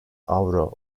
avro